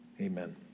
Amen